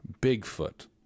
Bigfoot